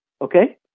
Okay